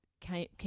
came